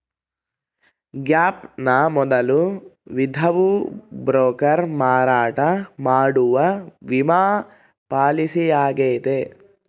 gap ನ ಮೊದಲ ವಿಧವು ಬ್ರೋಕರ್ ಮಾರಾಟ ಮಾಡುವ ವಿಮಾ ಪಾಲಿಸಿಯಾಗೈತೆ